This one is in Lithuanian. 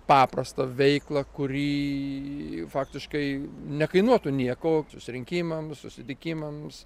paprastą veiklą kuri faktiškai nekainuotų nieko susirinkimams susitikimams